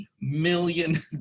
million